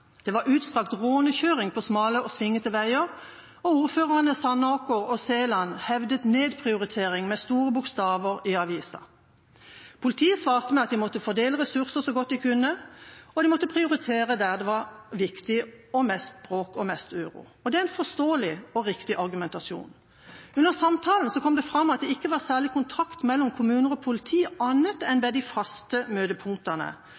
det var utstrakt «rånekjøring» på smale og svingete veier, og ordførerne Sandåker og Seland hevdet nedprioritering med store bokstaver i avisa. Politiet svarte med at de måtte fordele ressurser så godt de kunne, og de måtte prioritere der det var viktig, og mest bråk og uro. Det er en forståelig og riktig argumentasjon. Under samtalen kom det fram at det ikke var særlig kontakt mellom kommuner og politi annet enn ved de faste møtepunktene,